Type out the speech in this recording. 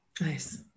Nice